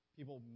People